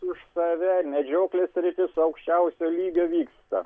už save medžioklės sritis aukščiausio lygio vyksta